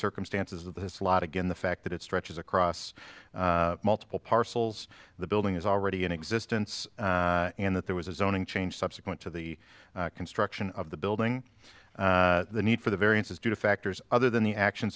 circumstances of this lot again the fact that it stretches across multiple parcels the building is already in existence and that there was a zoning change subsequent to the construction of the building the need for the variance is due to factors other than the actions